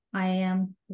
IAM